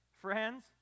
friends